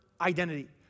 identity